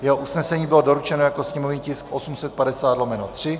Jeho usnesení bylo doručeno jako sněmovní tisk 850/3.